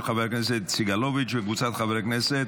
של חבר הכנסת סגלוביץ' וקבוצת חברי הכנסת.